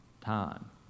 time